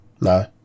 No